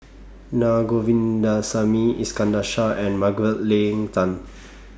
Naa Govindasamy Iskandar Shah and Margaret Leng Tan